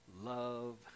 love